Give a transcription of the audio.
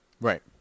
Right